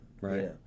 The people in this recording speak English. right